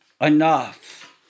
enough